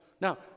Now